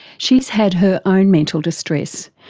she's had her own mental distress,